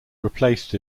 replaced